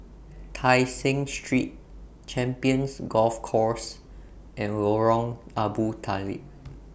Tai Seng Street Champions Golf Course and Lorong Abu Talib